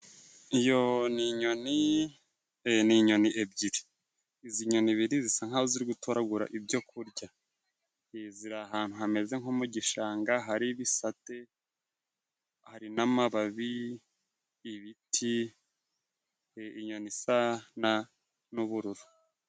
Iyo ni inyoni . Ni inyoni ebyiri. Izi nyoni bisa nk'aho ziri gutoragura ibyo kurya. Ziri ahantu hameze nko mu gishanga. Hari ibisate hari n'amababi, ibiti. Inyoni isa n'ubururu.